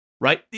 right